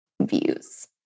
views